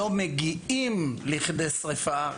לא מגיעים לכדי שריפה,